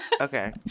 Okay